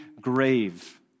grave